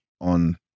on